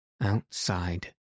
Outside